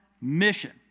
mission